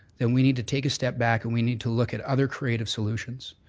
then we need to take a step back, and we need to look at other creative solutions.